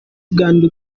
kiganiro